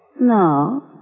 No